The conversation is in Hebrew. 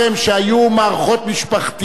לא היו מעסיקים עובדים,